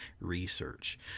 research